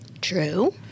True